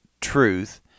truth